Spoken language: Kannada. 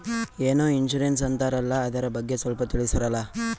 ಏನೋ ಇನ್ಸೂರೆನ್ಸ್ ಅಂತಾರಲ್ಲ, ಅದರ ಬಗ್ಗೆ ಸ್ವಲ್ಪ ತಿಳಿಸರಲಾ?